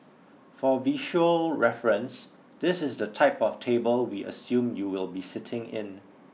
for visual reference this is the type of table we assume you will be sitting in